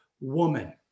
woman